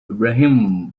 ibrahim